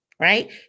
Right